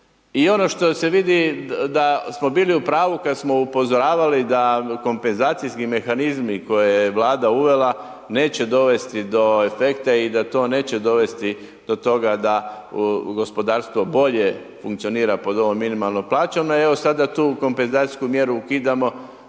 i ono što se vidi da smo bili u pravu kad smo upozoravali da kompenzacijski mehanizmi koje je Vlada uvela neće dovesti do efekta i da to neće dovesti do toga da gospodarstvo bolje funkcionira pod ovom minimalnom plaćom, a evo sada tu kompenzacijsku mjeru ukidamo,